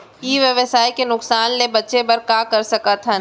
ई व्यवसाय के नुक़सान ले बचे बर का कर सकथन?